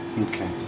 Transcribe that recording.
Okay